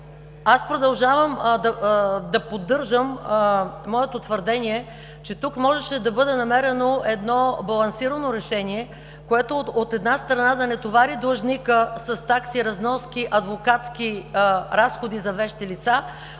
аз продължавам да поддържам моето твърдение, че тук можеше да бъде намерено едно балансирано решение, което, от една страна, да не товари длъжника с такси-разноски адвокатски разходи за вещи лица,